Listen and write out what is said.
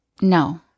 No